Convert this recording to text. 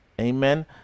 amen